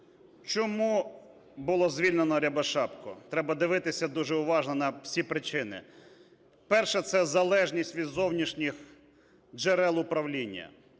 Чому було звільнено Рябошапку? Треба дивитися дуже уважно на всі причини. Перша - це залежність від зовнішніх джерел управління.